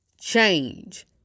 change